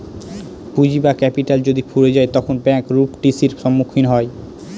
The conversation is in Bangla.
পুঁজি বা ক্যাপিটাল যদি ফুরিয়ে যায় তখন ব্যাঙ্ক রূপ টি.সির সম্মুখীন হয়